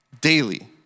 daily